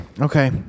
okay